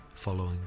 following